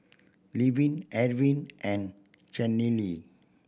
Levin Arvin and Chanelle